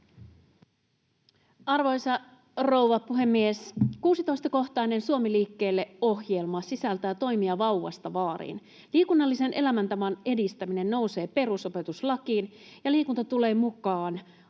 Arvoisa rouva puhemies! 16-kohtainen Suomi liikkeelle ‑ohjelma sisältää toimia vauvasta vaariin. Liikunnallisen elämäntavan edistäminen nousee perusopetuslakiin, ja liikunta tulee mukaan